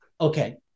okay